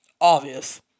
Obvious